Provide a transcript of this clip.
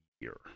year